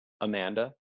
Amanda